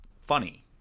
funny